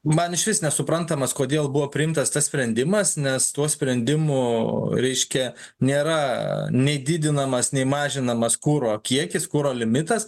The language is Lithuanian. man išvis nesuprantamas kodėl buvo priimtas tas sprendimas nes tuo sprendimu reiškia nėra nei didinamas nei mažinamas kuro kiekis kuro limitas